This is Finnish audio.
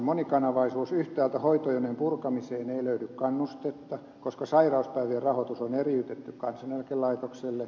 yhtäältä hoitojonojen purkamiseen ei löydy kannusteita koska sairauspäivien rahoitus on eriytetty kansaneläkelaitokselle